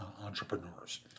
entrepreneurs